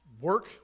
Work